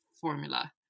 formula